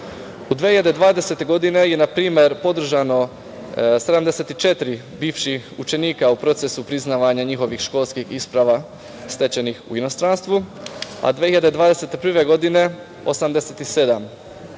U 2020. godini je na primer podržano 74 bivših učenika u procesu priznavanja njihovih školskih isprava stečenih u inostranstvu, a 2021. godine 87.